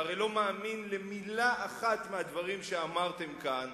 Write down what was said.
שהרי לא מאמין למלה אחת מהדברים שאמרתם כאן,